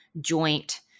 joint